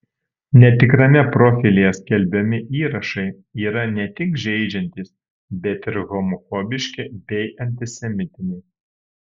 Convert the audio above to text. netikrame profilyje skelbiami įrašai yra ne tik žeidžiantys bet ir homofobiški bei antisemitiniai